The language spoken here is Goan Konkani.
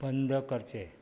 बंद करचें